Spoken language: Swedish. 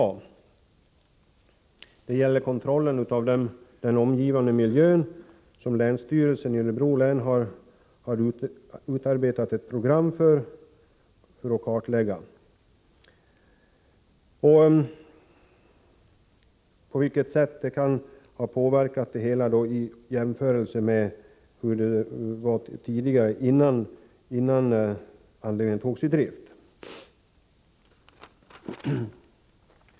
När det gäller kontrollen av den omgivande miljön har länsstyrelsen i Örebro län utarbetat ett program för att kartlägga på vilket sätt miljön kan ha påverkats i jämförelse med hur det var tidigare, innan anläggningen togs i drift.